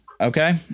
Okay